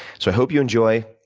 so i hope you enjoy,